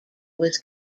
was